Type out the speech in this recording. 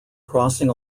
crossing